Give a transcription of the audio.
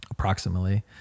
approximately